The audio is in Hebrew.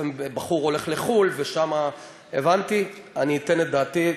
בחור הולך לחו"ל, ושם, הבנתי, אני אתן את דעתי.